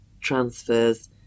transfers